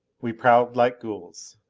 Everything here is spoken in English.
we prowled like ghouls.